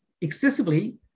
excessively